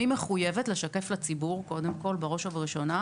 אני מחויבת לשקף את זה בראש ובראשונה לציבור,